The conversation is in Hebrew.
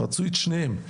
רצוי את שניהם,